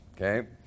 okay